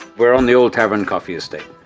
we're on the old tavern coffee estate,